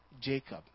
Jacob